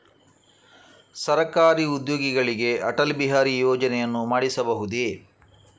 ಸರಕಾರಿ ಉದ್ಯೋಗಿಗಳಿಗೆ ಅಟಲ್ ಬಿಹಾರಿ ಯೋಜನೆಯನ್ನು ಮಾಡಿಸಬಹುದೇ?